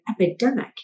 epidemic